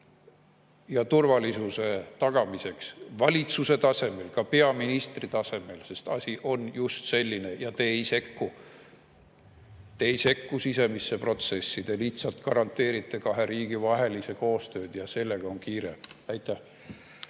ja turvalisuse tagamiseks valitsuse tasemel, ka peaministri tasemel, sest asi on just selline. Ja te ei sekku, te ei sekku sisemisse protsessi, te lihtsalt garanteerite kahe riigi vahelist koostööd. Ja sellega on kiire. Aitäh!